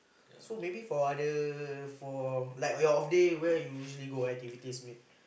so maybe for other for like on your off day where you usually go activities